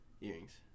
Earrings